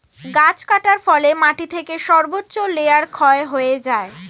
গাছ কাটার ফলে মাটি থেকে সর্বোচ্চ লেয়ার ক্ষয় হয়ে যায়